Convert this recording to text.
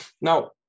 now